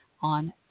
on